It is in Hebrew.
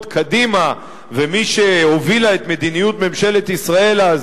קדימה ומי שהובילה את מדיניות ממשלת ישראל אז,